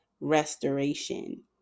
restoration